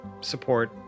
support